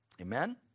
Amen